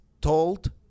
told